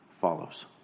follows